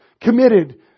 committed